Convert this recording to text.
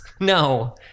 No